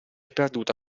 perduta